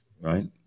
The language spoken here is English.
right